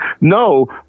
No